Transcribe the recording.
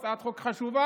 זו הצעת חוק חשובה,